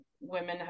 women